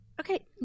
Okay